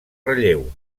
relleu